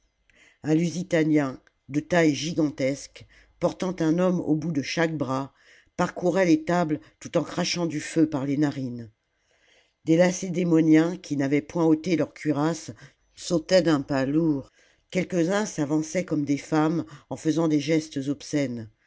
un lusitanien de taille gigantesque portant un homme au bout de chaque bras parcourait les tables tout en crachant du feu par les narines des lacédémoniens qui n'avaient point ôté leurs cuirasses sautaient d'un pas lourd quelques-uns s'avançaient comme des femmes en faisant des gestes obscènes